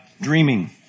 dreaming